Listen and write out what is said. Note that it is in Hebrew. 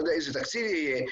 לא יודע איזה תקציב יהיה,